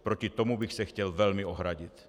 Proti tomu bych se chtěl velmi ohradit.